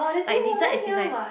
like dessert as in like